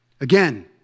Again